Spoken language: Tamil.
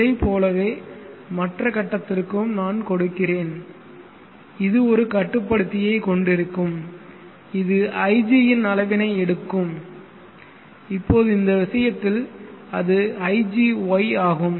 இதைப் போலவே மற்ற கட்டத்திற்கும் நான் கொடுக்கிறேன் இது ஒரு கட்டுப்படுத்தியைக் கொண்டிருக்கும் இது ig இன் அளவினை எடுக்கும் இப்போது இந்த விஷயத்தில் அது igY ஆகும்